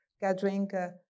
gathering